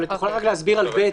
אבל את יכולה רק להסביר על (ב),